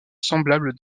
semblable